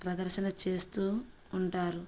ప్రదర్శన చేస్తూ ఉంటారు